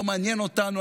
לא מעניין אותנו,